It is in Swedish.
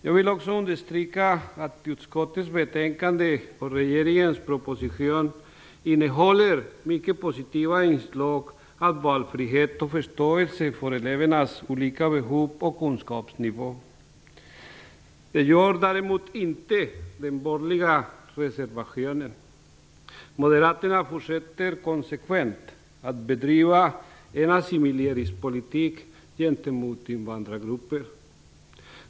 Jag vill också understryka att utskottets betänkande och regeringens proposition innehåller mycket positiva inslag av valfrihet och förståelse för elevernas olika behov och kunskapsnivå. Det gör däremot inte den borgerliga reservationen. Moderaterna fortsätter konsekvent att bedriva en assimileringspolitik gentemot invandrargrupper.